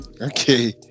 Okay